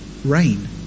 rain